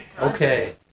Okay